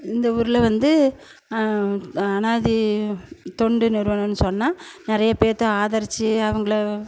இந்த ஊரில் வந்து அனாதி தொண்டு நிறுவனன்னு சொன்னா நிறையா பேத்தை ஆதரிச்சு அவங்கள